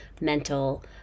mental